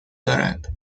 دارد